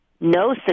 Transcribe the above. no